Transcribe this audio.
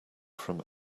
from